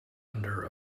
under